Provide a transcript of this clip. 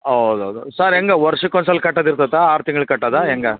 ಹೌದು ಹೌದು ಸರ್ ಹೆಂಗೆ ವರ್ಷಕ್ಕೆ ಒಂದು ಸಲ ಕಟ್ಟದು ಇರತ್ತಾ ಆರು ತಿಂಗ್ಳಿಗೆ ಕಟ್ಟೋದಾ ಹೆಂಗಾ